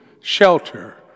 shelter